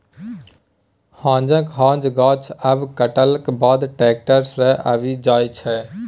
हांजक हांज गाछ आब कटलाक बाद टैक्टर सँ आबि जाइ छै